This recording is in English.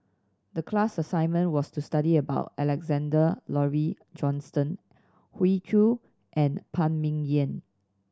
the class assignment was to study about Alexander Laurie Johnston Hoey Choo and Phan Ming Yen